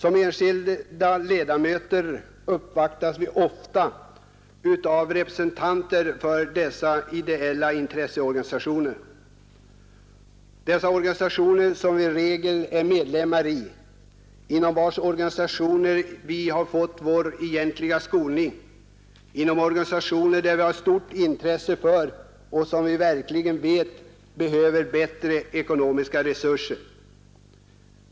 De enskilda riksdagsledamöterna uppvaktas ofta av representanter för dessa ideella intresseorganisationer, som vi i regel är medlemmar av och inom vilka vi fått vår egentliga skolning. Vi har stort intresse för dem och vet att de verkligen behöver bättre ekonomiska resurser.